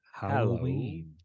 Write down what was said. halloween